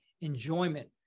enjoyment